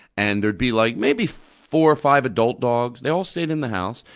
and there'd be like maybe four or five adult dogs. they all stayed in the house.